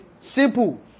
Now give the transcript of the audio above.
Simple